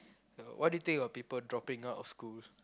what do think of people dropping out of schools